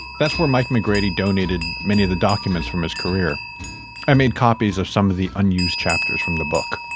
that's where mike mcgrady donated many of the documents from his career i made copies of some of the unused chapters from the book.